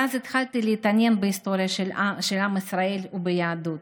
ואז התחלתי להתעניין בהיסטוריה של עם ישראל וביהדות,